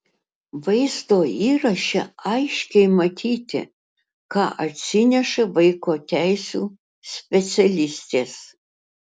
vaizdo įraše aiškiai matyti ką atsineša vaiko teisių specialistės